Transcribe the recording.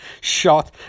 shot